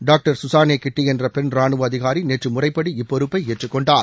doctor சுசானேகிட்டி என்ற பெண் ரானுவ அதிகாரி நேற்று முறைப்படி இப்பொறுப்பை ஏற்றுக்கொண்டார்